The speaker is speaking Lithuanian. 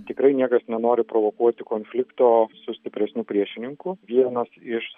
tikrai niekas nenori provokuoti konflikto su stipresniu priešininku vienas iš